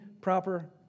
proper